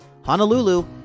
Honolulu